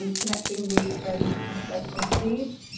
and connecting with friends instead of feeds.